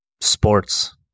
sports